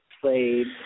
played